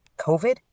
COVID